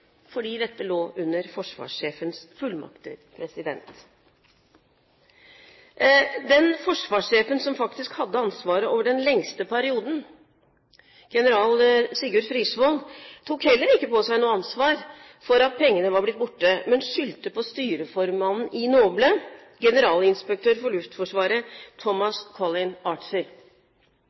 fordi dette lå under forsvarssjefens fullmakter. Den forsvarssjefen som faktisk hadde ansvaret over den lengste perioden, general Sigurd Frisvold, tok heller ikke på seg noe ansvar for at pengene var blitt borte, men skyldte på styreformannen i NOBLE, generalinspektør for Luftforsvaret, Tomas Colin